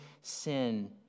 sin